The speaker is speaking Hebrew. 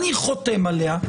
אני חותם עליה,